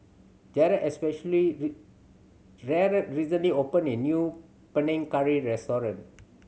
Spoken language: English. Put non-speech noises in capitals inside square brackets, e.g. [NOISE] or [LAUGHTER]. Jarred especially [UNINTELLIGIBLE] Jarred recently opened a new Panang Curry restaurant